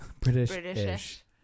British-ish